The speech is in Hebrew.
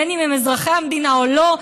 בין שהם אזרחי המדינה ובין שלא,